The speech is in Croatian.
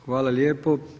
Hvala lijepo.